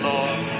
Lord